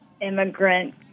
immigrant